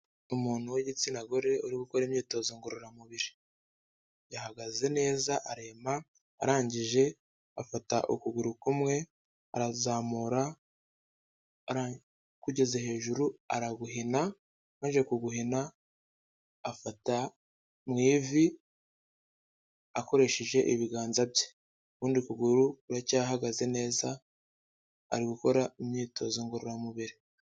Umuntu w'igitsina gore, uri gukora imyitozo ngororamubiri, yahagaze neza arema, arangije afata ukuguru kumwe arazamura, kugeze hejuru araguhina amaze kuguhina afata mu ivi, akoresheje ibiganza bye, ukundi ukuguru kuracyahagaze neza, ari gukora imyitozo ngororamubiri.